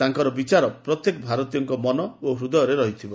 ତାଙ୍କର ବିଚାର ପ୍ରତ୍ୟେକ ଭାରତୀୟଙ୍କ ମନ ଓ ହୃଦୟରେ ରହିଥିବ